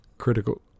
critical